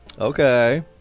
Okay